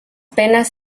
penas